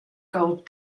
gold